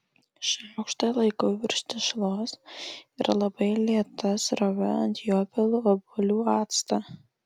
šaukštą laikau virš tešlos ir labai lėta srove ant jo pilu obuolių actą